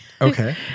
Okay